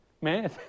man